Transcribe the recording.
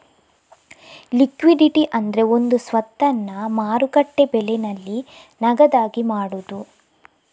liquidity ಅಂದ್ರೆ ಒಂದು ಸ್ವತ್ತನ್ನ ಮಾರುಕಟ್ಟೆ ಬೆಲೆನಲ್ಲಿ ನಗದಾಗಿ ಮಾಡುದು